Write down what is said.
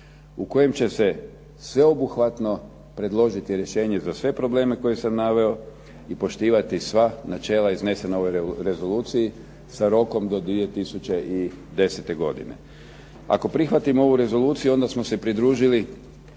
u kojem će se sveobuhvatno predložiti rješenje za sve probleme koje sam naveo i poštivati sva načela iznesena u ovoj rezoluciji sa rokom do 2010. godine. Ako prihvatimo ovu rezoluciju onda smo se pridružili